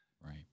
Right